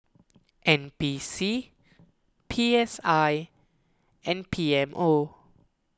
N P C P S I and P M O